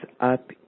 up